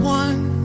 one